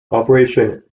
operation